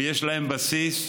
ויש להם בסיס.